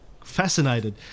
fascinated